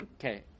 Okay